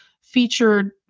featured